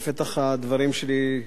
בפתח הדברים שלי,